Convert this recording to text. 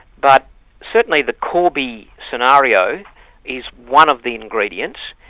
but certainly the corby scenario is one of the ingredients,